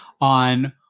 on